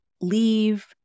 leave